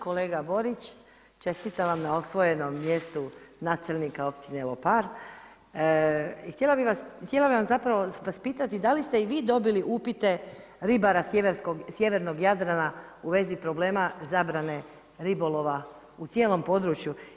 Kolega Borić, čestitam vam na osvojenom mjestu načelnika općine Lopar i htjela bih vas zapravo pitati da li ste i vi dobili upite ribara sjevernog Jadrana u vezi problema zabrane ribolova u cijelom području.